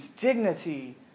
dignity